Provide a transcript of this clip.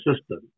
system